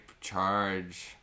charge